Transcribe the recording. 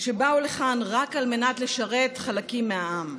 שבאו לכאן רק על מנת לשרת חלקים מהעם.